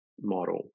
model